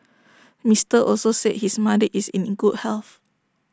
Mister Also said his mother is in good health